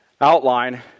outline